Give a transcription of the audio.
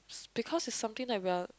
because it's something that we're